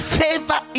favor